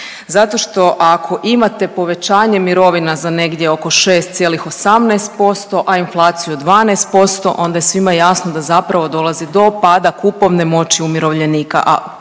Zato što ako imate povećanje mirovina za negdje oko 6,18%, a inflaciju 12% onda je svima jasno da zapravo dolazi do pada kupovne moći umirovljenika,